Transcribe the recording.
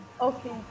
Okay